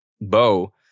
Bo